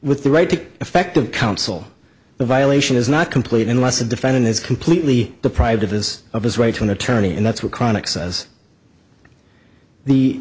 with the right to effective counsel the violation is not complete unless the defendant is completely deprived of his of his right to an attorney and that's